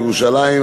ירושלים,